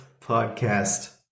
podcast